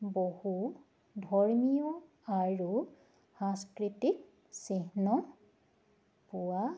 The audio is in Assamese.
বহু ধৰ্মীয় আৰু সাংস্কৃতিক চিহ্ন পোৱা